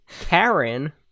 Karen